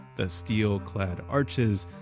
the steel-clad arches,